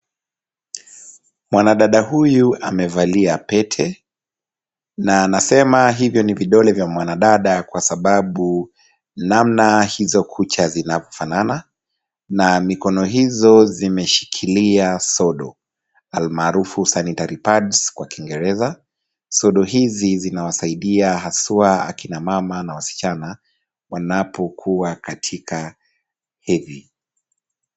Mwanadada huyu amevalia pete. Na nasema hivi ni vidole vya mwanadada kwa sababu namna hizo kucha zinafanana, na mikono hiyo imeshikilia sodo, almarufu sanitary pads kwa kingereza. Sodo hizi zinawasidia haswa akina mama na wasichana wanapokuwa katika hedhi.